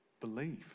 believe